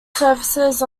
services